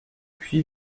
puy